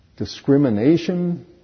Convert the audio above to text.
discrimination